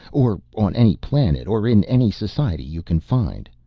or on any planet or in any society you can find.